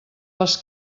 les